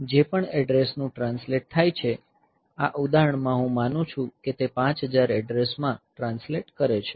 જે પણ એડ્રેસનું ટ્રાન્સલેટ થાય છે આ ઉદાહરણમાં હું માનું છું કે તે 5000 એડ્રેસમાં ટ્રાન્સલેટ કરે છે